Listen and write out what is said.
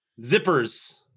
Zippers